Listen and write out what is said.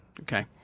Okay